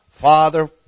Father